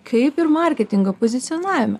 kaip ir marketingo pozicionavime